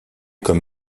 comme